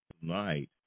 tonight